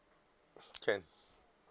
can